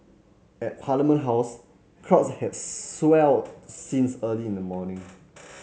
at Parliament House crowds had swelled since early in the morning